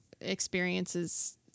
experiences